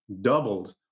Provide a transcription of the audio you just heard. doubled